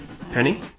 Penny